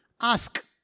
ask